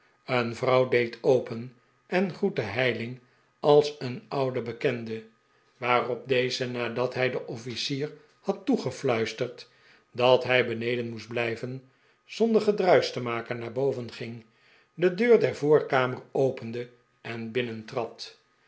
een vrouw deed open en groette heyling als een oude bekende waarop deze nadat hij den officier had toegefluisterd dat hij beneden moest blijven zonder gedruisch te maken naar boven ging de deur der voorkamer opende en